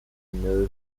villeneuve